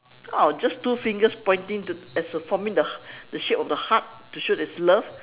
oh just two fingers pointing to as a forming the the shape of the heart to show that it's love